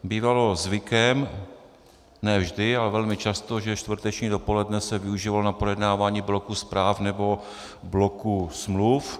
Bývalo zvykem, ne vždy, ale velmi často, že čtvrteční dopoledne se využívalo na projednávání bloku zpráv nebo bloku smluv.